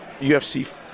UFC